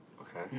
Okay